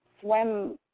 swim